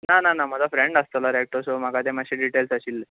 ना ना म्हाजो फ्रेंड नासतलो रे एकटो सो म्हाका मातशी डिटेल्स जाय आशिल्ली